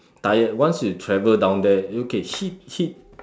tired once you travel down there okay heat heat